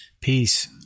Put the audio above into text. Peace